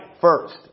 first